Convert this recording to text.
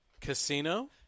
Casino